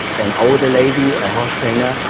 an older lady a horse trainer,